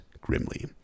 grimly